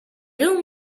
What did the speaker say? room